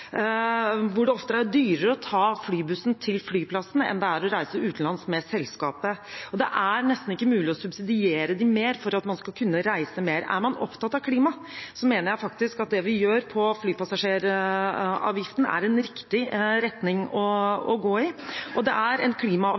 hvor det oftere er dyrere å ta flybussen til flyplassen enn det er å reise utenlands med selskapet. Og det er nesten ikke mulig å subsidiere dem mer for at man skal kunne reise mer. Er man opptatt av klima, mener jeg at det vi gjør når det gjelder flypassasjeravgiften, er en riktig retning å gå i. Det er en